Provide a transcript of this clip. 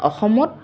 অসমত